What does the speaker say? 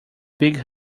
big